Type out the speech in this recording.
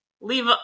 leave